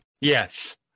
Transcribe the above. Yes